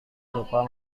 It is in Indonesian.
lupa